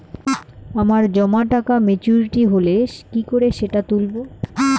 আমার জমা টাকা মেচুউরিটি হলে কি করে সেটা তুলব?